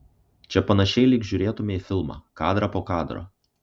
čia panašiai lyg žiūrėtumei filmą kadrą po kadro